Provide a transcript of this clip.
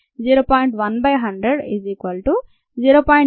10